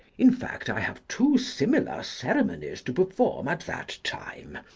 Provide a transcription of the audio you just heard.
in fact i have two similar ceremonies to perform at that time.